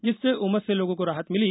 जिससे उमस से लोगों को राहत मिली